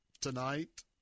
tonight